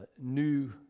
new